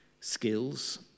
skills